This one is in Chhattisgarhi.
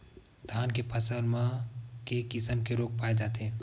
धान के फसल म के किसम के रोग पाय जाथे?